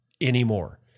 anymore